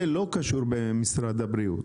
זה לא קשור במשרד הבריאות,